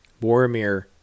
Boromir